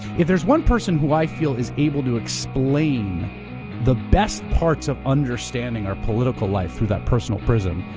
if there's one person who i feel is able to explain the best parts of understanding our political life through that personal prison,